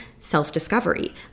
self-discovery